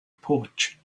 porch